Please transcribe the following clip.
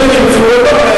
אני אומר לך,